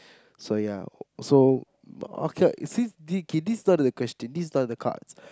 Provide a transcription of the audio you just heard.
so ya so okay since this okay this is not the question this type of cards